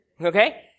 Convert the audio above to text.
Okay